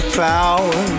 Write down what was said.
power